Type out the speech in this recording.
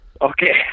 Okay